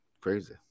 Crazy